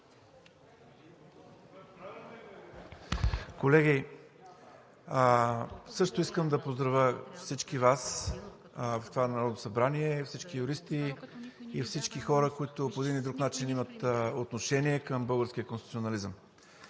Колеги, също искам да поздравя всички Вас в това Народно събрание, всички юристи и всички хора, които по един или друг начин имат отношение към българския конституционализъм.